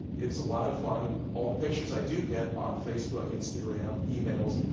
it's a lot of fun. all the pictures i do get on facebook, instagram, emails,